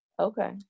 okay